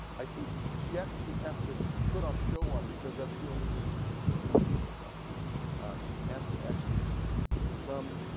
i think, she actually has to put a show on because that's the only way she can feel comfortable by it she has to actually become